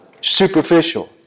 superficial